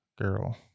girl